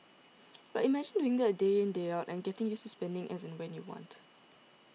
but imagine doing that day in day out and getting used to spending as and when you want